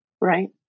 right